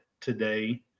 today